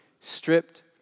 stripped